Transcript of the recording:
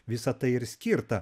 visa tai ir skirta